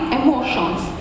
emotions